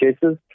cases